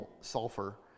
sulfur